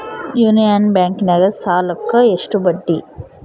Union ಬ್ಯಾಂಕಿನಾಗ ಸಾಲುಕ್ಕ ಎಷ್ಟು ಬಡ್ಡಿ?